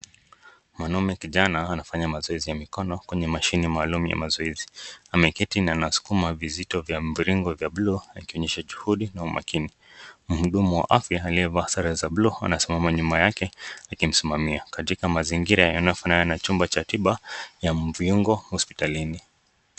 Mwanaume kijana anafanya mazoezi ya mikono kwenye machine maalum ya mazoezi . Ameketi na anasukuma vijito kwa mviringo vya buluu akionyeha bidii na afya . Mhudumu wa afya anasimama nyuma yake akimhudumia katika mazingira inayofqnana na chumba cha mvingo katika hospitalini.